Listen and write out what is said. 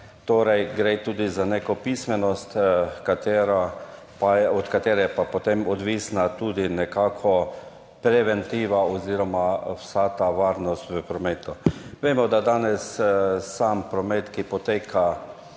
vozila. Gre tudi za neko pismenost, od katere je pa potem odvisna tudi preventiva oziroma vsa ta varnost v prometu. Vemo, da se danes v sam promet, ki poteka